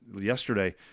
yesterday